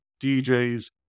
DJs